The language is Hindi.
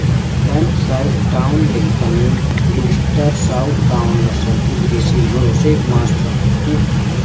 Hampshire Down, Lincoln, Leicester, Southdown, नस्ल की विदेशी भेंड़ों से माँस प्राप्ति होती है